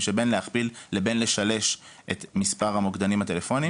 שבין להכפיל לבין לשלש את מספר המוקדנים הטלפוניים.